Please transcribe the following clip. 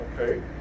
okay